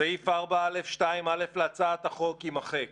סעיף 4(א)(1) להצעת החוק - יימחק.